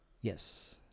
Yes